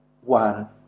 one